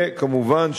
וכמובן,